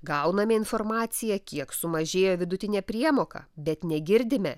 gauname informaciją kiek sumažėjo vidutinė priemoka bet negirdime